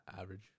average